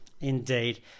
Indeed